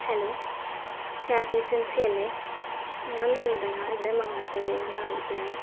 hello cab agency അല്ലേ ഞാന് നന്ദന ഇവിടെ മാങ്ങാട്ട്കരയില് നിന്നാണ് വിളിക്കുന്നത്